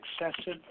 excessive